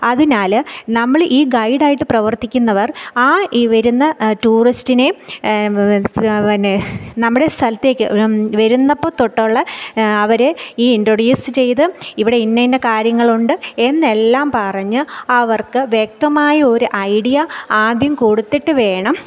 അതിനാൽ നമ്മൾ ഈ ഗൈഡായിട്ട് പ്രവർത്തിക്കുന്നവർ ആ ഈ വരുന്ന ടൂറിസ്റ്റിനെ പിന്നെ നമ്മുടെ സ്ഥലത്തേക്ക് വരുന്നപ്പോൾ തൊട്ടുള്ള അവരെ ഈ ഇൻട്രൊഡ്യൂസ് ചെയ്ത് ഇവിടെ ഇന്നയിന്ന കാര്യങ്ങളുണ്ട് എന്നെല്ലാം പറഞ്ഞ് അവർക്ക് വ്യക്തമായ ഒരു ഐഡിയ ആദ്യം കൊടുത്തിട്ട് വേണം